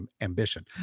ambition